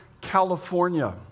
California